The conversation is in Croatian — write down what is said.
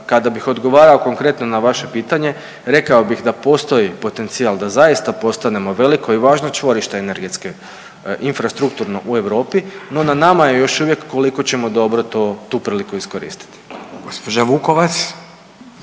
kada bih odgovarao konkretno na vaše pitanje, rekao bih da postoji potencijal da zaista postanemo veliko i važno čvorište energetske, infrastrukturno u Europi, no nama je još uvijek koliko ćemo dobro to, tu priliku iskoristiti.